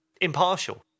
impartial